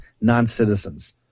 non-citizens